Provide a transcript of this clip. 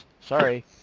Sorry